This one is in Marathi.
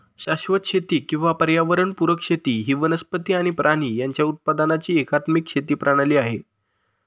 शाश्वत शेती किंवा पर्यावरण पुरक शेती ही वनस्पती आणि प्राणी यांच्या उत्पादनाची एकात्मिक शेती प्रणाली आहे